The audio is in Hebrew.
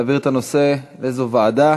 להעביר את הנושא לאיזו ועדה?